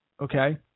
okay